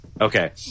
okay